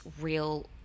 real